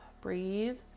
breathe